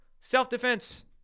Self-defense